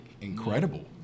incredible